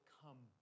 come